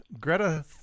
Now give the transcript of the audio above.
Greta